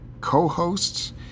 co-hosts